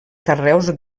carreus